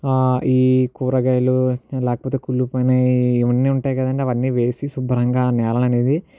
ఈ కూరగాయలు లేకపోతే కుళ్ళిపోయినవి ఇవన్నీ ఉంటాయి కదండీ అవన్నీ వేసి శుభ్రంగా నేలను అనేది